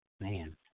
Man